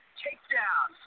takedown